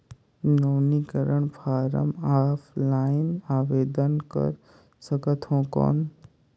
नवीनीकरण form offline आवेदन कर सकत हो कौन?